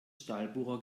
stahlbohrer